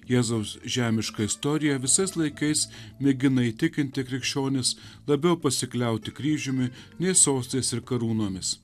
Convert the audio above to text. jėzaus žemiška istorija visais laikais mėgina įtikinti krikščionis labiau pasikliauti kryžiumi nei sostais ir karūnomis